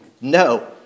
No